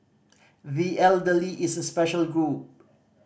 the elderly is a special group